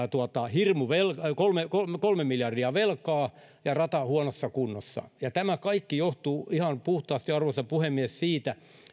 kolme miljardia velkaa ja rata huonossa kunnossa tämä kaikki johtuu ihan puhtaasti arvoisa puhemies siitä